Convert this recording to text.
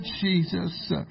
Jesus